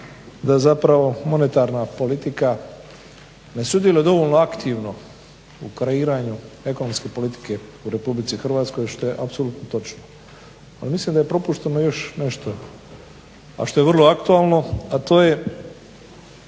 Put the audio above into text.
da zapravo monetarna politika ne sudjeluje dovoljno aktivno u kreiranju ekonomske politike u Republici Hrvatskoj što je apsolutno točno. Ali mislim da je propušteno još nešto, a što je vrlo aktualno, a to je